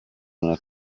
una